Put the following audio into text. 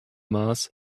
mass